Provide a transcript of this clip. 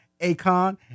Akon